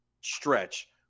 stretch